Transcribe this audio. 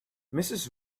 mrs